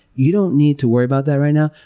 you don't need to worry about that right now.